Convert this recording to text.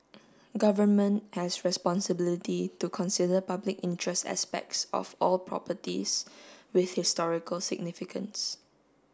government has responsibility to consider public interest aspects of all properties with historical significance